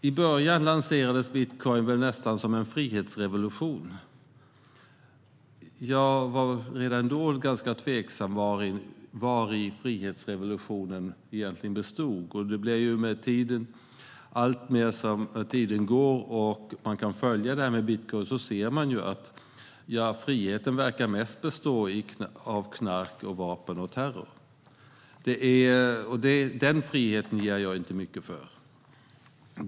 I början lanserades bitcoin nästan som en frihetsrevolution. Jag var redan då ganska tveksam till vad frihetsrevolutionen egentligen bestod i. Tiden går, och man kan följa det här med bitcoin. Då ser man att friheten mest verkar bestå av knark, vapen och terror. Den friheten ger jag inte mycket för.